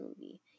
movie